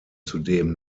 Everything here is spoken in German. zudem